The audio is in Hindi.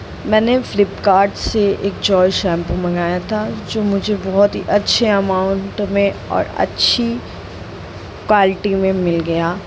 मैंने फ्लिपकार्ट से एक जॉय शैम्पू मंगाया था जो मुझे बहुत ही अच्छे अमाउन्ट में और अच्छी क्वालिटी में मिल गया